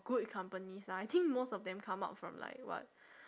good companies lah I think most of them come out from like what